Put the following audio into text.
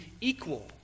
equal